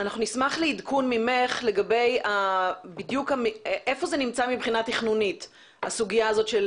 אני לא אחראית על הטרקטורים של כי"ל בשטח מבחינה תכנונית השלב